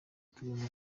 tugomba